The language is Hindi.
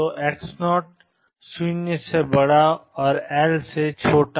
तो 0x0एल नंबर 1